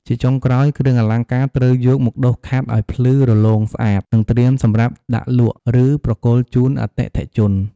ជាចុងក្រោយ គ្រឿងអលង្ការត្រូវយកមកដុសខាត់ឱ្យភ្លឺរលោងស្អាត និងត្រៀមសម្រាប់ដាក់លក់ ឬប្រគល់ជូនអតិថិជន។